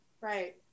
Right